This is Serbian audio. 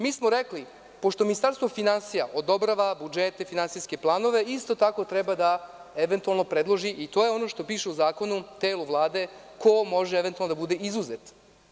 Mi smo rekli, pošto Ministarstvo finansija odobrava budžete, finansijske planove isto tako treba da eventualno predloži i to je ono što piše u zakonu, telu Vlade ko može eventualno da bude izuzet.